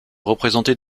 représentés